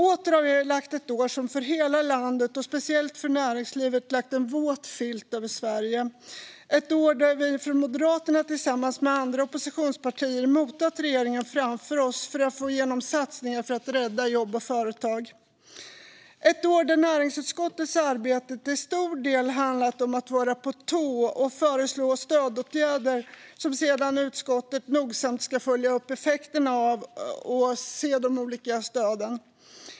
Åter ligger ett år bakom oss som för hela landet och speciellt för näringslivet lagt en våt filt över Sverige. Det har varit ett år där vi från Moderaterna tillsammans med oppositionspartierna har motat regeringen framför oss för att få igenom satsningar för att rädda jobb och företag, ett år där näringsutskottets arbete till stor del har handlat om att vara på tå och föreslå stödåtgärder som utskottet sedan nogsamt ska följa upp effekterna av.